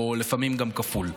ולפעמים גם לכפול.